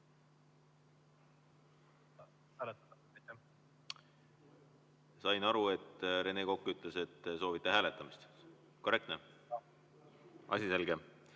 Sain aru, et Rene Kokk ütles, et te soovite hääletamist. Korrektne? Jah. Asi selge.